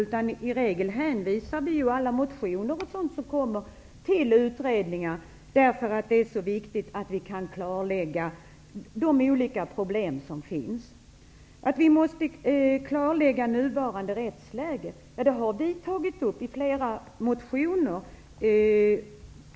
I regel hänvisar vi alla motioner m.m. till utredningar, därför att det är så viktigt att klarlägga de olika problem som finns. Vi har i flera motioner sagt att nuvarande rättsläge måste klarläggas.